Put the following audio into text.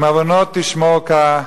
אם עונות תשמר-קה,